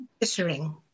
bittering